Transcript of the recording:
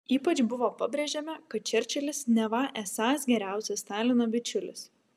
ypač buvo pabrėžiama kad čerčilis neva esąs geriausias stalino bičiulis